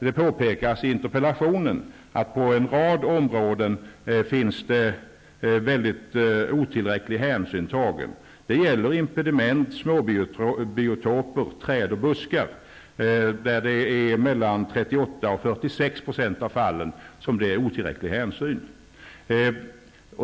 Det påpekas i interpellationen att otillräcklig hänsyn tas på en rad områden. Det gäller impediment, småbiotoper, träd och buskar, där det i 38--46 % av fallen tas otillräcklig hänsyn.